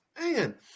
man